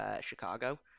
Chicago